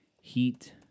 heat